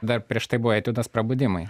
dar prieš tai buvo etiudas prabudimai